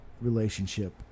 relationship